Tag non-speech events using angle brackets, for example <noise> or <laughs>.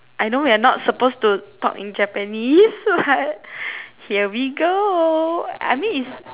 I know we are not supposed to talk in Japanese <laughs> so like here we go I mean is